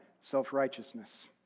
self-righteousness